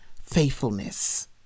faithfulness